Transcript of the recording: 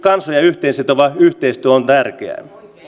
kansoja yhteen sitova yhteistyö on tärkeää